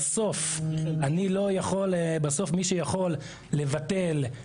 בסוף מי שיכול לבטל,